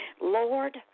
Lord